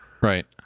Right